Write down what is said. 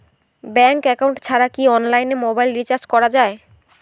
Bank account ছাড়া কি অনলাইনে মোবাইল রিচার্জ করা যায়?